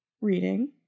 reading